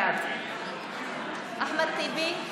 בעד אחמד טיבי,